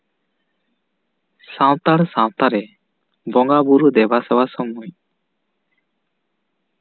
ᱥᱟᱱᱛᱟᱲ ᱥᱟᱶᱛᱟ ᱨᱮ ᱵᱚᱸᱜᱟ ᱵᱳᱨᱳ ᱫᱮᱵᱟ ᱥᱮᱵᱟ ᱥᱚᱢᱚᱭ